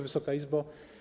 Wysoka Izbo!